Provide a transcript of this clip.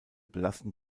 belasten